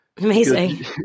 Amazing